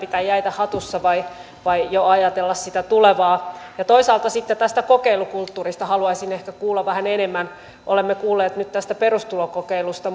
vielä pitää jäitä hatussa vai vai jo ajatella sitä tulevaa toisaalta sitten tästä kokeilukulttuurista haluaisin ehkä kuulla vähän enemmän olemme kuulleet nyt tästä perustulokokeilusta